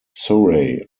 surrey